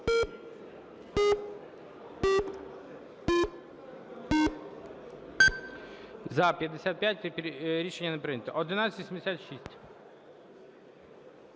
За-55 Рішення не прийнято. 1186.